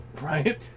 Right